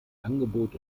angebot